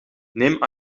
neem